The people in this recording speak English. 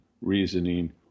reasoning